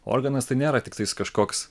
organas tai nėra tiktais kažkoks